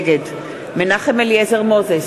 נגד מנחם אליעזר מוזס,